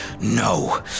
no